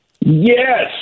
Yes